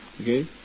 okay